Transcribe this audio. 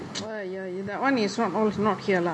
!aiya! that one is not all not here lah